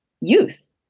youth